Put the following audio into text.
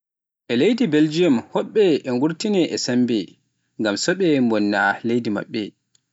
E leydi Beljium hoɓɓe e gurtine e sembe, ngam so ɓe bonna leydi maɓɓe.